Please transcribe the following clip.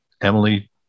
Emily